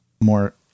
more